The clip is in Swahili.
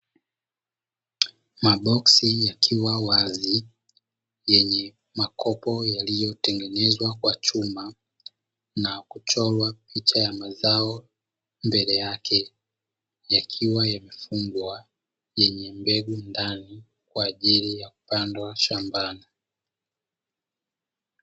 maboksi yakiwa wazi yenye makopo yaliyotengenezwa kwa chuma na kuchorwa picha ya mazao mbele yake, yakiwa yamefungwa yenye mbegu ndani kwa ajili ya kupandwa shambani.